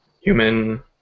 human